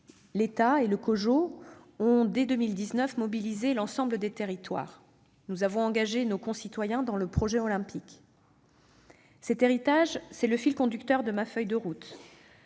l'État et le COJO ont, dès 2019, mobilisé l'ensemble des territoires et engagé nos concitoyens dans le projet olympique. Cet héritage, c'est le fil conducteur de ma feuille de route.